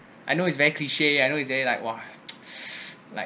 I know it's very cliche I know it's very like !wah! like